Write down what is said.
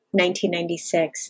1996